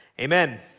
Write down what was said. Amen